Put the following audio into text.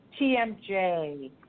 TMJ